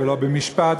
ולא במשפט,